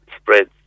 spreads